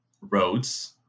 roads